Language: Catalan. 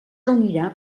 reunirà